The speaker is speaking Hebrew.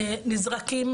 נזרקים